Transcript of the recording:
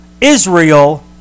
Israel